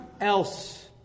else